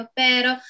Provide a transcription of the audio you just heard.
pero